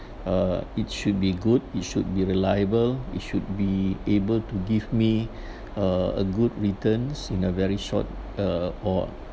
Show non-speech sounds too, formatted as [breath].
uh it should be good it should be reliable it should be able to give me [breath] uh a good returns in a very short uh or